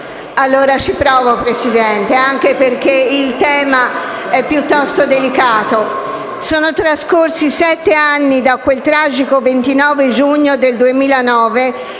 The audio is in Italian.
ci provo anche perché il tema è piuttosto delicato. Sono trascorsi sette anni da quel tragico 29 giugno 2009 in